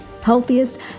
healthiest